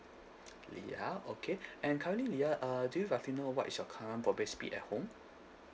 leah okay and currently uh do you roughly know what is your current broadband speed at home